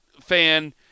fan